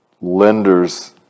lenders